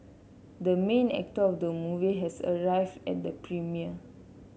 the main actor of the movie has arrived at the premiere